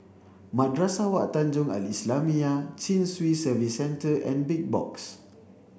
Madrasah Wak Tanjong Al islamiah Chin Swee Service Centre and Big Box